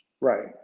Right